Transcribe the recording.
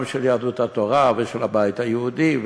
גם של יהדות התורה ושל הבית היהודי,